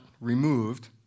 removed